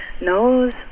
knows